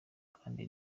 kandi